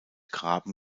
graben